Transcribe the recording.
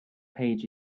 page